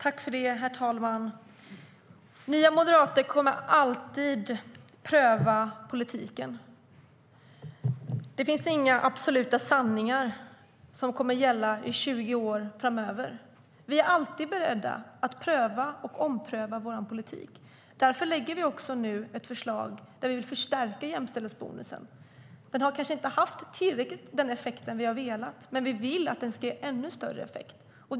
Herr talman! Nya moderater kommer alltid att pröva politiken. Det finns inga absoluta sanningar som kommer att gälla i 20 år framöver. Vi är alltid beredda att pröva och ompröva vår politik. Därför lägger vi nu fram ett förslag som innebär att vi vill förstärka jämställdhetsbonusen. Den har kanske inte i tillräckligt hög grad haft den effekt som vi har velat att den skulle ha. Men vi vill att den ska ge ännu större effekt.